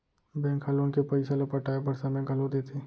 bank ह loan के पइसा ल पटाए बर समे घलो देथे